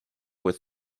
with